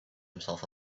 himself